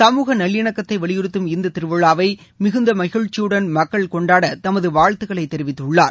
சமூக நல்விணக்கத்தை வலியுறுத்தும் இந்த திருவிழாவை மிகுந்த மகிழ்ச்சியுடன் மக்கள் கொண்டாட தமது வாழ்த்துக்களைத் தெரிவித்துள்ளார்